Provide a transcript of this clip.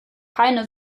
keine